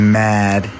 mad